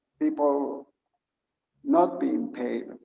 people not being paid.